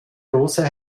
dose